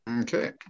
Okay